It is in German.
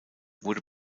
wurde